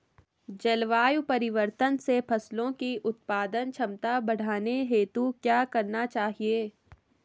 जलवायु परिवर्तन से फसलों की उत्पादन क्षमता बढ़ाने हेतु क्या क्या करना चाहिए?